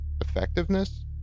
effectiveness